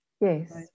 Yes